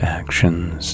actions